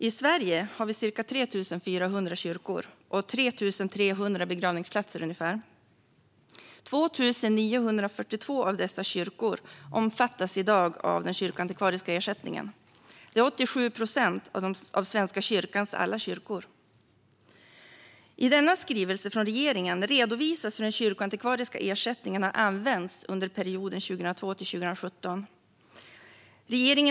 I Sverige har vi ca 3 400 kyrkor och 3 300 begravningsplatser. 2 942 av dessa kyrkor omfattas i dag av den kyrkoantikvariska ersättningen. Det är 87 procent av Svenska kyrkans alla kyrkor. I regeringens skrivelse redovisas hur den kyrkoantikvariska ersättningen har använts under perioden 2002-2017.